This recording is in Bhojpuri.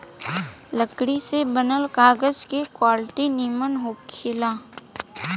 लकड़ी से बनल कागज के क्वालिटी निमन होखेला